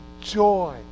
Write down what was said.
joy